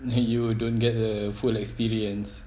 then you don't get the full experience